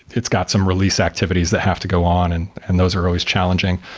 it's got some release activities that have to go on and and those are always challenging.